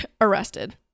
arrested